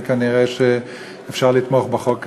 וכנראה אפשר לתמוך בחוק הזה,